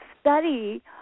study